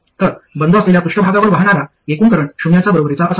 तर बंद असलेल्या पृष्ठभागावर वाहणारा एकूण करंट शून्याच्या बरोबरीचा असावा